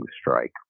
strike